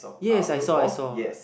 yes I saw I saw